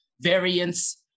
variants